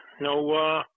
no